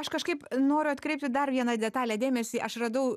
aš kažkaip noriu atkreipti dar vieną detalę dėmesį aš radau